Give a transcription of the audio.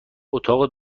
اتاق